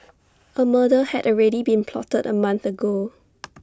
A murder had already been plotted A month ago